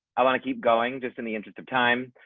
i want to keep going, just in the interest of time,